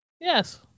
Yes